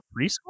preschool